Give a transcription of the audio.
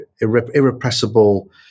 irrepressible